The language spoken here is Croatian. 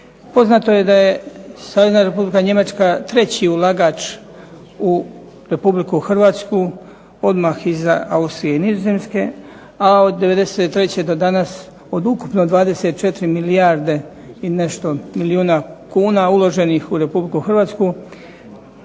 Poznato je da je Savezna Republika Njemačka treći ulagač u RH odmah iza Austrije i Nizozemske, a od '93. do danas od ukupno 24 milijarde i nešto milijuna kuna uloženih u RH 3 milijarde